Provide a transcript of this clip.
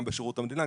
גם בשירות המדינה,